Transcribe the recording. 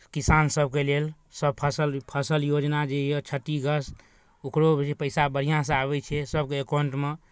किसान सभके लेल सभ फसल फसल योजना जे यए क्षतिग्रस्त ओकरो पैसा बढ़िआँसँ आबै छै सभके एकाउंटमे